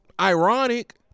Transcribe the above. ironic